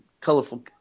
Colorful